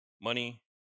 money